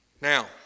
Now